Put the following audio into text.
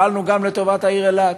ואז גם פעלנו לטובת העיר אילת.